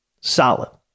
solid